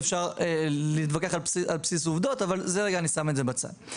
ואפשר להתווכח על בסיס עובדות אבל אני שם את זה בצד.